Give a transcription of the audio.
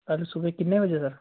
ਕੱਲ੍ਹ ਸੁਬਹੇ ਕਿੰਨੇ ਵਜੇ ਸਰ